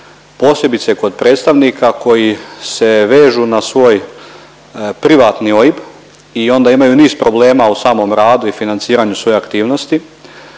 posebice kod predstavnika koji se vežu na svoj privatni OIB i onda imaju niz problema u samom radu i financiranju svojih aktivnosti.